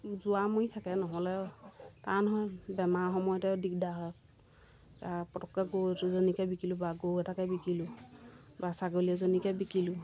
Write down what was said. যোৰা মৰি থাকে নহ'লে কাৰণ হয় বেমাৰৰ সময়তেই দিগদাৰ হয় পটককৈ গৰু দুজনীকে বিকিলোঁ বা গৰু এটাকে বিকিলোঁ বা ছাগলী এজনীকে বিকিলোঁ